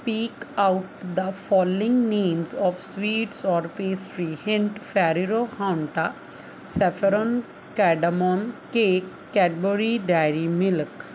speak out the following names of sweets or pastry hint Ferrero ਹੰਟਾ saffron cardamom cake Cadbury Dairy milk